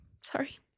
Sorry